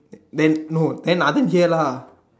than no Nathan hear lah